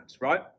right